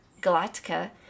Galactica